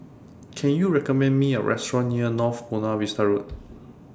Can YOU recommend Me A Restaurant near North Buona Vista Road